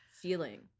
feeling